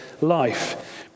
life